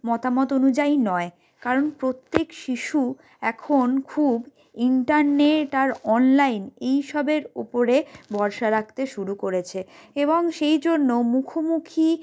মতামত অনুযায়ী নয় কারণ প্রত্যেক শিশু এখন খুব ইন্টারনেট আর অনলাইন এইসবের ওপরে ভরসা রাখতে শুরু করেছে এবং সেই জন্য মুখোমুখি